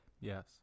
Yes